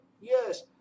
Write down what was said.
Yes